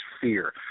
fear